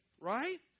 Right